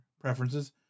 preferences